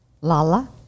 Lala